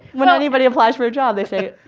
when anybody applies for a job, they say